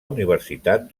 universitat